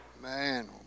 Man